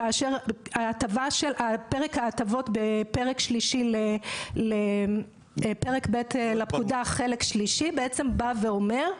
כאשר החלק השלישי של פרק ב' לפקודה בא ואומר: